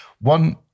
One